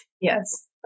yes